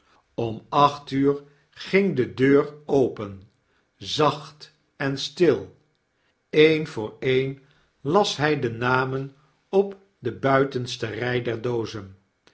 om acht uur ging de deur open zacht en stil een voor een las hy de namen op de buitenste rj der doozen